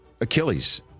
Achilles